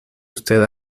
usted